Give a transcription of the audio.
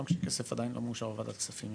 גם כשכסף עדיין לא מאושר בוועדת כספים.